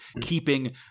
keeping